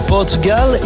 Portugal